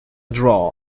draw